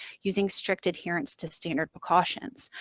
using strict adherence to standard precautions,